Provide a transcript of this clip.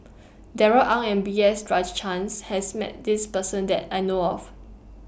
Darrell Ang and B S has Met This Person that I know of